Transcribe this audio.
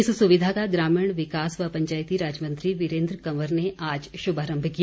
इस सुविधा का ग्रामीण विकास व पंचायती राज मंत्री वीरेन्द्र कंवर ने आज शुभारम्भ किया